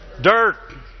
Dirt